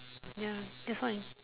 ya that's why